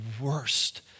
worst